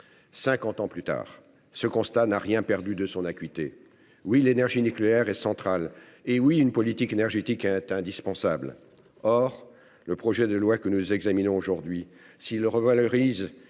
ans plus tard, ce constat n'a rien perdu de son acuité. Oui, l'énergie nucléaire est centrale. Et oui, une politique énergétique est indispensable. Or le projet de loi que nous examinons aujourd'hui, s'il revalorise